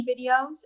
videos